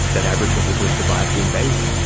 that aboriginal people had survived the invasion.